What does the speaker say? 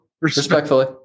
Respectfully